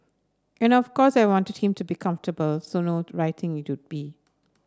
and of course I wanted him to be comfortable so no writing it would be